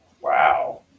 Wow